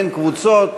אין קבוצות,